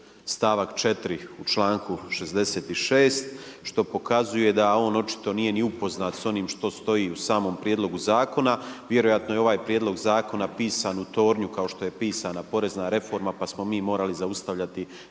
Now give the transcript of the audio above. stavak 4. u članku 66. što pokazuje da on očito nije ni upoznat s onim što stoji u samom prijedlogu zakona. Vjerojatno je ovaj prijedlog zakona pisan u tornju kao što je pisana porezna reforma pa smo mi morali zaustavljati